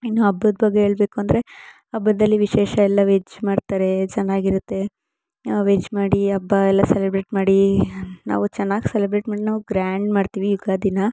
ಇನ್ನು ಹಬ್ಬದ ಬಗ್ಗೆ ಹೇಳ್ಬೇಕು ಅಂದರೆ ಹಬ್ಬದಲ್ಲಿ ವಿಶೇಷ ಎಲ್ಲ ವೆಜ್ ಮಾಡ್ತಾರೆ ಚೆನ್ನಾಗಿರುತ್ತೆ ವೆಜ್ ಮಾಡಿ ಹಬ್ಬ ಎಲ್ಲ ಸೆಲೆಬ್ರೇಟ್ ಮಾಡಿ ನಾವು ಚೆನ್ನಾಗಿ ಸೆಲೆಬ್ರೇಟ್ ಮಾಡಿ ನಾವು ಗ್ರ್ಯಾಂಡ್ ಮಾಡ್ತೀವಿ ಯುಗಾದಿನ್ನ